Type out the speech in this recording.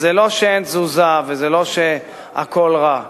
אז זה לא שאין תזוזה וזה לא שהכול רע.